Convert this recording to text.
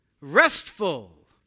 restful